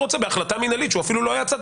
בהחלטה מנהלית שהוא אפילו לא היה צד,